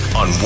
on